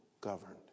governed